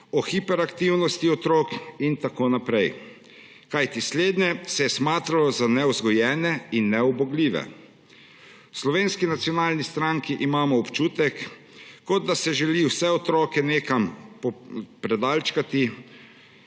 o hiperaktivnosti otrok in tako naprej, kajti slednje se je smatralo za nevzgojene in neubogljive. V Slovenski nacionalni stranki imamo občutek, kot da se želi vse otroke nekam popredalčkati,